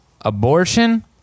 abortion